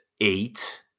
eight